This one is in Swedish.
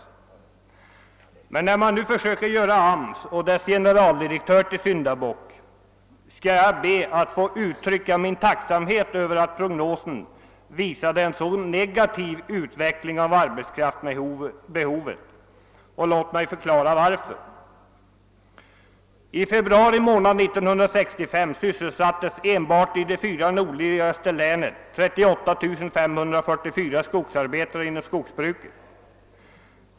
Jag vill emellertid när man nu försöker göra AMS och dess generaldirektör till syndabocken uttrycka min tacksamhet över att prognosen var så negativ beträffande utvecklingen av arbetskraftsbehovet. Låt mig förklara varför. I februari månad 1965 sysselsattes enbart i de fyra nordligaste länen 38 544 personer inom skogsbruket.